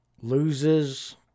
loses